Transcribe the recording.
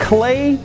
Clay